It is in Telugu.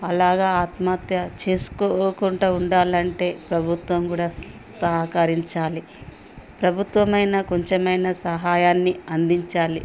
అలాగ ఆత్మహత్య చేసుకోకుండా ఉండాలంటే ప్రభుత్వం కూడా సహకరించాలి ప్రభుత్వమైనా కొంచమైనా సహాయాన్ని అందించాలి